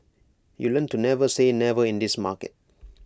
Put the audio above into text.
you learn to never say never in this market